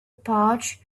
pouch